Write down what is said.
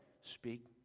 speak